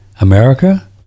America